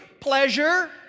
Pleasure